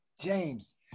James